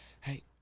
Hey